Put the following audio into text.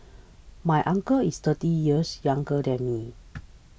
my uncle is thirty years younger than me